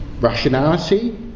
rationality